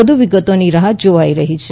વધુ વિગતોની રાહ્ જોવાઈ રહી છે